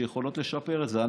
שיכולים לשפר את זה.